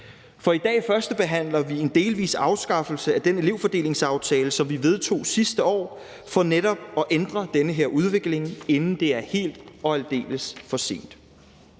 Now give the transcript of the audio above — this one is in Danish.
for i dag førstebehandler vi en delvis afskaffelse af den elevfordelingsaftale, som vi vedtog sidste år for netop at ændre den her udvikling, inden det er helt og aldeles for sent.